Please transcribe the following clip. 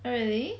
really